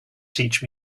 teach